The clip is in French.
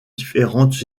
différentes